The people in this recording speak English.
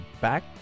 back